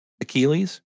Achilles